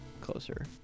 closer